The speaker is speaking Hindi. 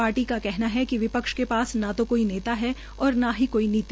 पार्टी का कहना है कि विपक्ष के पास न तो कोई नेता है और न ही कोई नीति